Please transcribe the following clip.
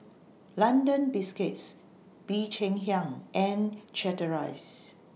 London Biscuits Bee Cheng Hiang and Chateraise